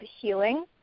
healing